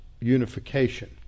unification